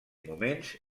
moments